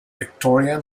victorian